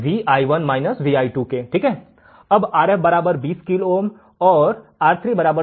Rf 20 kilo ohm और R3 10 kilo ओम